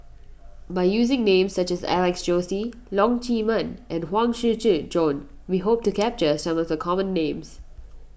by using names such as Alex Josey Leong Chee Mun and Huang Shiqi Joan we hope to capture some of the common names